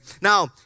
Now